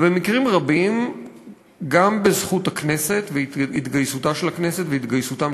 ובמקרים רבים גם בזכות הכנסת והתגייסותה של הכנסת והתגייסותם